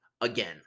again